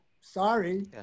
Sorry